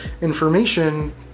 information